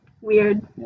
weird